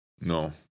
no